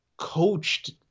coached